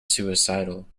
suicidal